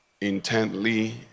intently